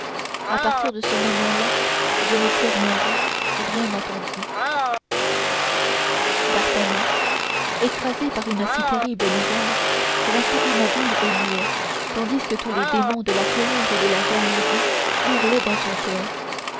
à partir de ce moment-là je n'ai plus rien vu rien entendu d'artagnan écrasé par une si terrible nouvelle resta immobile et muet tandis que tous les démons de la colère et de la jalousie hurlaient dans son coeur